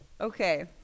okay